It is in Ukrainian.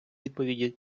відповіді